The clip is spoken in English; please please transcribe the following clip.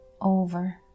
over